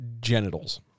genitals